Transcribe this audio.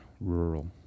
rural